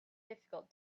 difficult